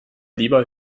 lieber